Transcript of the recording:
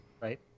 right